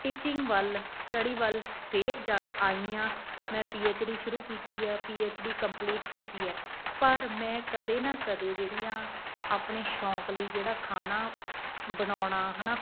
teaching ਵੱਲ study ਵੱਲ ਫਿਰ ਜਦ ਆਈ ਹਾਂ ਮੈਂ ਪੀ ਐੱਚ ਡੀ ਸ਼ੁਰੂ ਕੀਤੀ ਹੈ ਪੀ ਐੱਚ ਡੀ ਕੰਪਲੀਟ ਕੀਤੀ ਹੈ ਪਰ ਮੈਂ ਕਦੇ ਨਾ ਕਦੇ ਜਿਹੜੀਆਂ ਆਪਣੇ ਸ਼ੌਂਕ ਲਈ ਜਿਹੜਾ ਖਾਣਾ ਬਣਾਉਣਾ ਹੈ ਨਾ